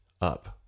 up